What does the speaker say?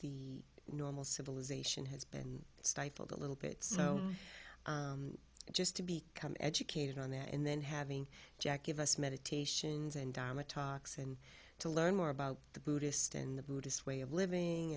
the normal civilization has been stifled a little bit so just to be come educated on that and then having jack give us meditations and dharma talks and to learn more about the buddhist and the buddhist way of living